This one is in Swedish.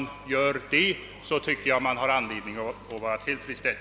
Om så sker, tycker jag man har all anledning att vara tillfredsställd.